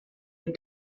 had